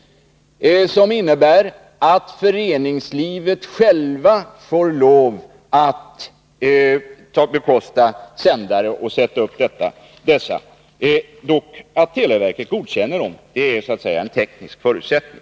Den innebär att föreningslivet självt får lov att bekosta sändare och sätta upp dessa. De skall dock godkännas av televerket — det är så att säga en teknisk förutsättning.